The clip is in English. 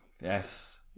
Yes